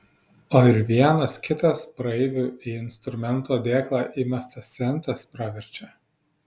o ir vienas kitas praeivių į instrumento dėklą įmestas centas praverčia